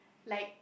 like